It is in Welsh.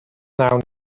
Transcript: wnawn